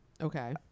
Okay